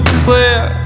clear